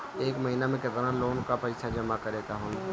एक महिना मे केतना लोन क पईसा जमा करे क होइ?